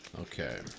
Okay